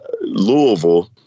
Louisville